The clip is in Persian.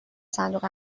صندوق